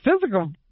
physical